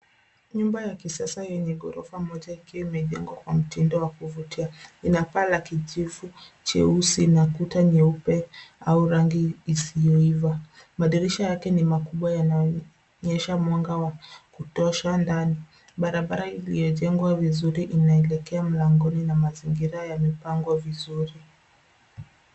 Nyumba ya kisasa yenye gorofa moja ikiwa imejengwa kwa mtindo wa kuvutia. Ina paa la kijivu cheusi na kuta nyeupe au rangi isioiva. Madirisha yake ni makubwa yanaonyesha mwanga wa kutosha ndani. Barabara iliyojengwa vizuri inaelekea mlangoni na mazingira yamepangwa vizuri.